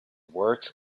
work